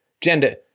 Gender